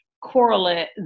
Correlate